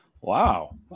Wow